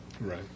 Right